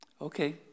Okay